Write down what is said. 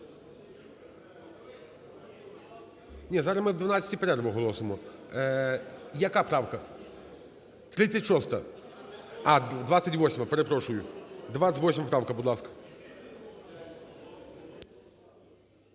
Ні, зараз ми о 12-й перерву оголосимо. Яка правка? 36-а. А! 28-а. Перепрошую. 28-а правка. Будь ласка.